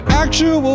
actual